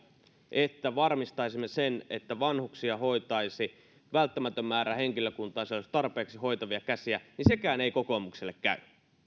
että varmistaisimme sen että vanhuksia hoitaisi välttämätön määrä henkilökuntaa siellä olisi tarpeeksi hoitavia käsiä ei kokoomukselle käy